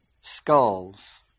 skulls